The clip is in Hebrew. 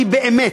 אני באמת,